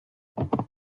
cuatro